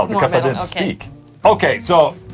because i didn't speak okay, so.